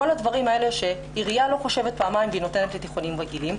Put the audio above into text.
כל הדברים האלה שעירייה לא חושבת פעמיים והיא נותנת לתיכונים רגילים,